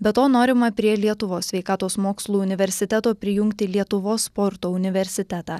be to norima prie lietuvos sveikatos mokslų universiteto prijungti lietuvos sporto universitetą